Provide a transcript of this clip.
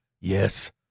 Yes